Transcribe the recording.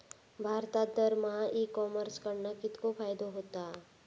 भारतात दरमहा e commerce कडणा कितको फायदो होता?